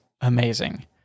amazing